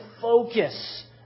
focus